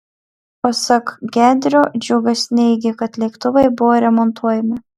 pasak gedrio džiužas neigė kad lėktuvai buvo remontuojami